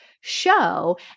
show